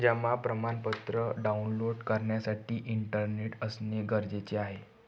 जमा प्रमाणपत्र डाऊनलोड करण्यासाठी इंटरनेट असणे गरजेचे आहे